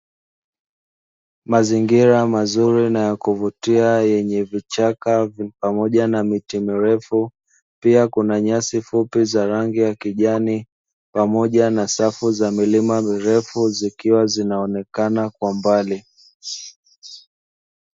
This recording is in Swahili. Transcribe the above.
Mazingira mazuri na ya kuvutia yenye vichaka pamoja na miti mirefu, pia kuna nyasi fupi za rangi ya kijani pamoja na safu za milima mirefu zikiwa zinaonekana kwa mbali.